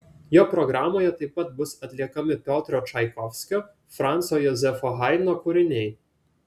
jo programoje taip pat bus atliekami piotro čaikovskio franco jozefo haidno kūriniai